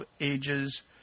ages